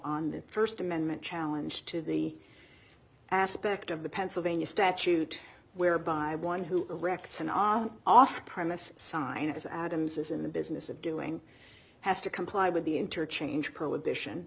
on the first amendment challenge to the aspect of the pennsylvania statute whereby one who directs an arm off premise sinus adams is in the business of doing has to comply with the interchange prohibition